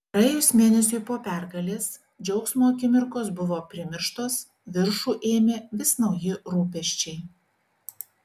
praėjus mėnesiui po pergalės džiaugsmo akimirkos buvo primirštos viršų ėmė vis nauji rūpesčiai